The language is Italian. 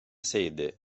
sede